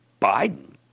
Biden